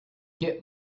get